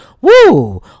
Woo